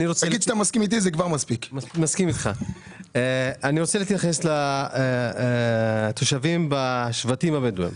אני רוצה להתייחס לתושבים בשבטים הבדואים.